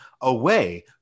away